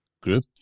group